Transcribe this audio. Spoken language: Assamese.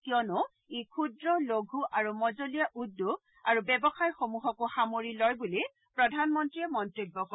কিয়নো ই ক্ষুদ্ৰ লঘু আৰু মজলীয়া উদ্যোগ আৰু ব্যৱসায়সমূহকো সামৰি লয় বুলি প্ৰধানমন্ত্ৰীয়ে মন্তব্য কৰে